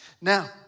Now